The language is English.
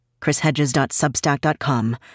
chrishedges.substack.com